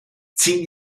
zehn